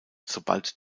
sobald